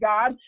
God